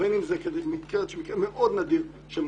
ובין אם זה מקרה שהוא מקרה מאוד נדיר שמגיע